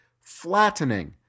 flattening